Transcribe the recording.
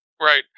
Right